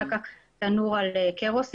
אחר כך תנור על קרוסין,